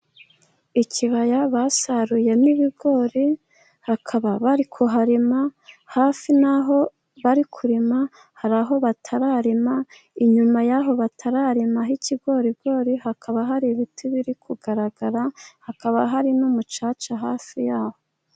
Ikibaya basaruye n'ibigori bakaba bari kuharima hafi n'aho bari kurima hari aho batararima inyuma y'aho batararimaho ikigorigori hakaba hari ibiti biri kugaragara hakaba hari n'umucaca hafi y'aho.